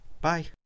Bye